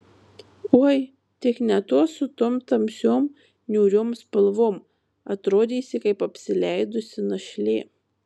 oi tik ne tuos su tom tamsiom niūriom spalvom atrodysi kaip apsileidusi našlė